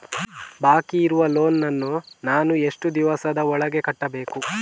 ಬಾಕಿ ಇರುವ ಲೋನ್ ನನ್ನ ನಾನು ಎಷ್ಟು ದಿವಸದ ಒಳಗೆ ಕಟ್ಟಬೇಕು?